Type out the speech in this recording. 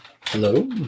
Hello